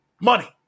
Money